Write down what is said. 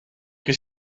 che